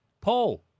Paul